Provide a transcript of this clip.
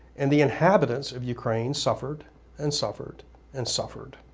and the inhabitants of ukraine suffered and suffered and suffered.